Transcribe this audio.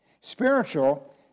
Spiritual